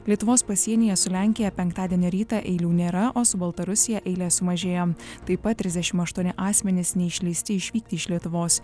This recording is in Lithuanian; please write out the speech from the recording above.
lietuvos pasienyje su lenkija penktadienio rytą eilių nėra o su baltarusija eilės sumažėjo taip pat trisdešim aštuoni asmenys neišleisti išvykti iš lietuvos